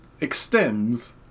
extends